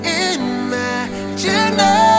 imagine